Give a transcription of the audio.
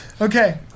Okay